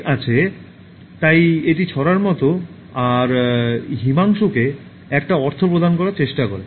ঠিক আছে তাই এটি ছড়ার মত আর "হিমাংশু"কে একটা অর্থ প্রদানের চেষ্টা করে